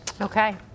Okay